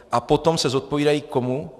A potom se zodpovídají komu?